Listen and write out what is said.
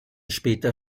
später